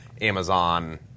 Amazon